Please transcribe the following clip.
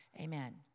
Amen